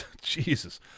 Jesus